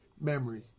memory